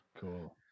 Cool